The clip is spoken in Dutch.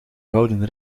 gouden